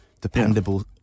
dependable